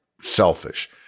selfish